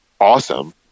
awesome